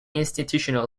institutional